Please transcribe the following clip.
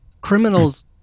criminals